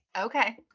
Okay